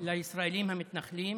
לישראלים המתנחלים